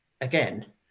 again